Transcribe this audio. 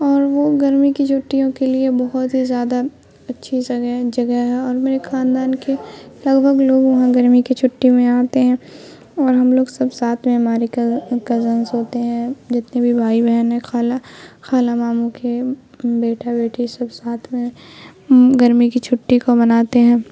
اور وہ گرمی کی چھٹیوں کے لیے بہت ہی زیادہ اچھی جگہ ہے جگہ ہے اور میرے خاندان کے لگ بھگ لوگ وہاں گرمی کی چھٹی میں آتے ہیں اور ہم لوگ سب ساتھ میں ہماری کزنس ہوتے ہیں جتنے بھی بھائی بہن ہیں خالہ خالہ ماموں کے بیٹا بیٹی سب ساتھ میں گرمی کی چھٹی کو مناتے ہیں